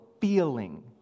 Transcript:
feeling